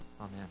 Amen